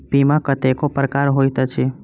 बीमा कतेको प्रकारक होइत अछि